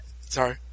Sorry